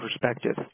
perspective